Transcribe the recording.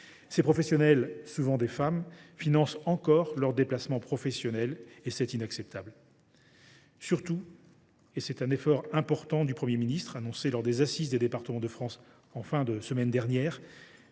qui sont souvent des femmes, financent encore leurs déplacements professionnels, ce qui est inacceptable ! Surtout, et c’est un effort important annoncé par le Premier ministre lors des Assises des Départements de France en fin de semaine dernière,